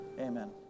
Amen